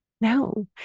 no